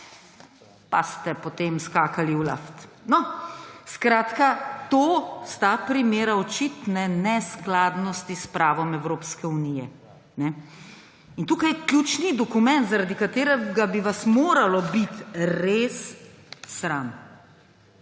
pa ste potem skakali v luft. Skratka, to sta primera očitne neskladnosti s pravom Evropske unije. In tukaj je ključni dokument, zaradi katerega bi vas moralo biti res sram.